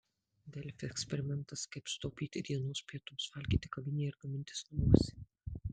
delfi eksperimentas kaip sutaupyti dienos pietums valgyti kavinėje ar gamintis namuose